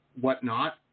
whatnot